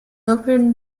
open